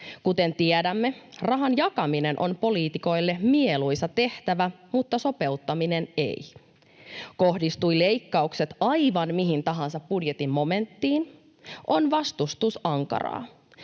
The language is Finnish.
Kuten tiedämme, rahan jakaminen on poliitikoille mieluisa tehtävä mutta sopeuttaminen ei. Kohdistuivat leikkaukset aivan mihin tahansa budjetin momenttiin, on vastustus ankaraa.